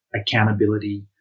accountability